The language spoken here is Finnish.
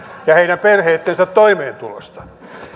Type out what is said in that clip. ja heidän perheittensä toimeentulosta